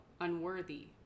unworthy